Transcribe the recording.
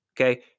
Okay